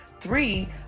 three